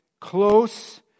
close